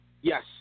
Yes